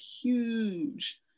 huge